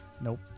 Nope